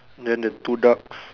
then the two ducks